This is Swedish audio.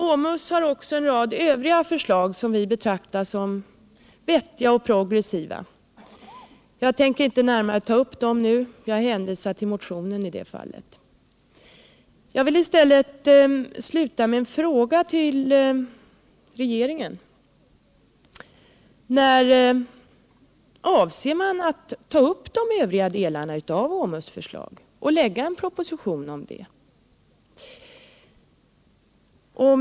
OMUS har också en rad övriga förslag som vi betraktar som vettiga och progressiva — jag tänker inte närmare ta upp dem nu, utan jag hänvisar till motionen beträffande de förslagen. Jag vill i stället sluta med en fråga till regeringen: När avser regeringen att ta upp de övriga delarna av OMUS förslag och lägga proposition om dem?